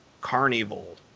carnival